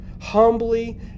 Humbly